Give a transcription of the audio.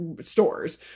stores